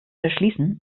verschließen